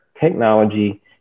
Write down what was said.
technology